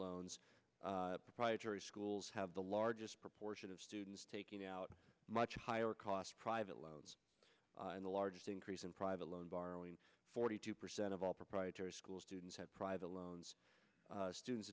loans proprietary schools have the largest proportion of students taking out much higher cost private loans and the largest increase in private loan borrowing forty two percent of all proprietary school students have private loans students